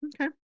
Okay